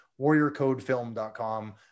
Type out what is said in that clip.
warriorcodefilm.com